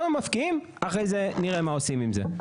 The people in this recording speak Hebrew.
קודם מפקיעים, אחרי זה נראה מה עושים עם זה.